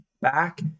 back